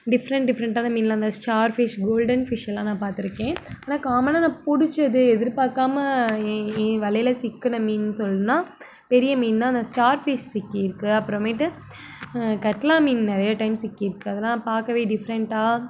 different டிஃப்ரெண்ட்டான மீன்லாம் அந்த ஸ்டார் ஃபிஷ் கோல்டன் ஃபிஷ்ஷெல்லாம் நான் பார்த்துருக்கேன் ஆனால் காமனாக நான் பிடிச்சது எதிர்பார்க்காம என் என் வலையில் சிக்கின மீன் சொல்லணுன்னா பெரிய மீனுன்னால் நான் ஸ்டார் ஃபிஷ் சிக்கியிருக்குது அப்புறமேட்டு கட்லா மீன் நிறைய டைம் சிக்கியிருக்குது அதெல்லாம் நான் பார்க்கவே டிஃப்ரெண்ட்டாக